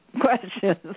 questions